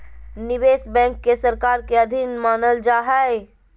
निवेश बैंक के सरकार के अधीन मानल जा हइ